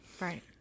Right